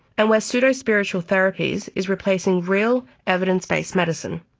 and where pseudo-spiritual therapies is replacing real, evidence-based medicine.